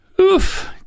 Oof